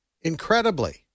incredibly